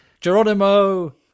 Geronimo